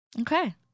Okay